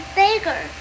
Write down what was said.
bigger